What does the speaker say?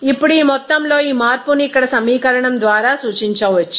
ఇప్పుడు ఈ మొత్తంలో ఈ మార్పును ఇక్కడ సమీకరణం ద్వారా సూచించవచ్చు